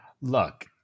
Look